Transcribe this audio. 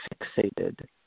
fixated